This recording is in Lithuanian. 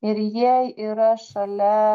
ir jie yra šalia